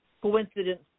coincidence